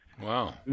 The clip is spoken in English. Wow